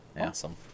Awesome